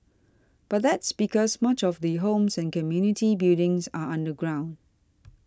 but that's because much of the homes and community buildings are underground